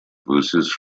verses